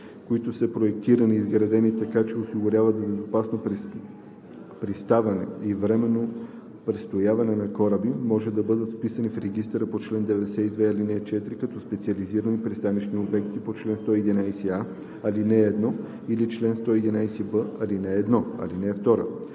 които са проектирани и изградени така, че осигуряват безопасно приставане и временно престояване на кораби, може да бъдат вписани в регистъра по чл. 92, ал. 4 като специализирани пристанищни обекти по чл. 111а, ал. 1 или чл. 111б, ал. 1.